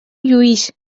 lluís